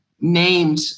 named